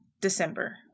December